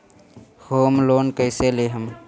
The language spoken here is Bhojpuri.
होम लोन कैसे लेहम?